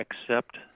accept